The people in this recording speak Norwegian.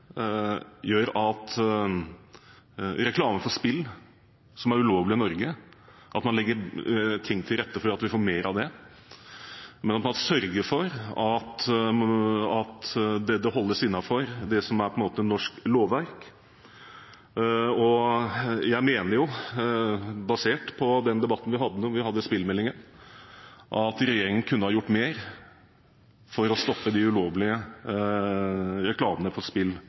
gjør endringer som gjør at man f.eks. legger ting til rette for at vi får mer reklame for spill som er ulovlig i Norge, men at man sørger for at det holdes innenfor det som er norsk lovverk. Jeg mener, basert på den debatten vi hadde i forbindelse med spillmeldingen, at regjeringen kunne ha gjort mer for å stoppe den ulovlige reklamen for spill